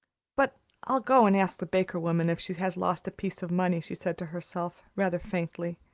but i'll go and ask the baker's woman if she has lost a piece of money, she said to herself, rather faintly.